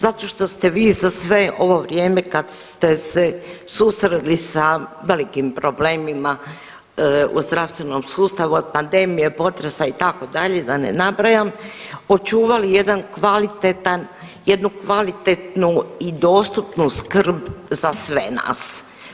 Zato što ste vi za sve ovo vrijeme kad ste se susreli sa velikim problemima u zdravstvenom sustavu od pandemije, potresa itd. da ne nabrajam, očuvali jedan kvalitetan, jednu kvalitetnu i dostupnu skrb za sve nas.